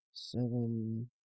Seven